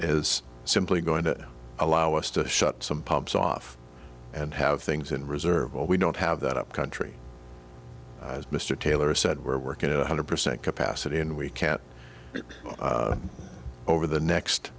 is simply going to allow us to shut some pumps off and have things in reserve or we don't have that up country as mr taylor said we're working at one hundred percent capacity and we can't get over the next